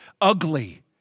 ugly